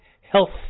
Health